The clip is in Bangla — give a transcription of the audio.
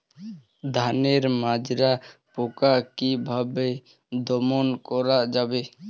ধানের মাজরা পোকা কি ভাবে দমন করা যাবে?